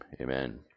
amen